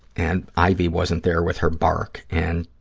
and ivy wasn't there with her bark, and,